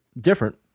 different